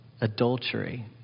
adultery